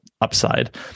upside